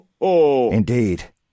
Indeed